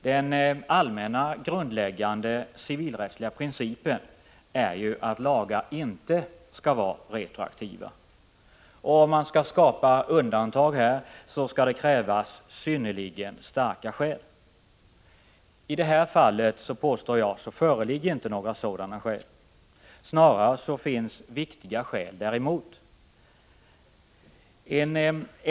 Den allmänna grundläggande civilrättsliga principen är ju att lagar inte skall vara retroaktiva, och om man skall skapa undantag härvidlag krävs synnerligen starka skäl. I det här fallet föreligger inte, vill jag påstå, några sådana skäl. Snarare finns viktiga skäl som talar mot retroaktivitet.